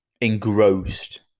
engrossed